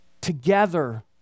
together